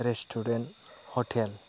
restaurant hotel